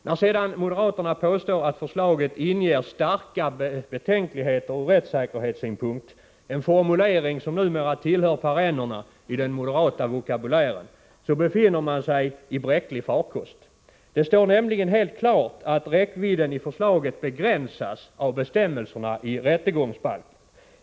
När sedan moderaterna påstår att förslaget inger starka betänkligheter från rättssäkerhetssynpunkt— en formulering som numera tillhör perennerna i den moderata vokabulären — befinner man sig i bräcklig farkost. Det står nämligen helt klart att räckvidden av förslaget begränsas av bestämmelserna i rättegångsbalken.